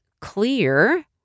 clear